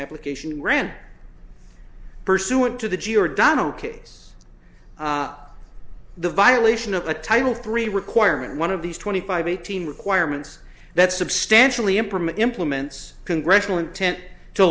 application rant pursuant to the g or donald case the violation of a title three requirement one of these twenty five eighteen requirements that substantially implement implements congressional intent to